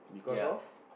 because of